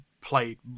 played